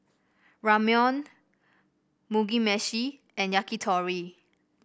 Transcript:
Ramyeon Mugi Meshi and Yakitori